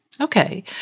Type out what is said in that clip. okay